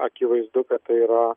akivaizdu kad tai yra